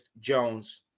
Jones